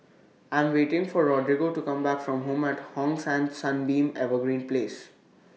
I Am waiting For Rodrigo to Come Back from Home At Hong San Sunbeam Evergreen Place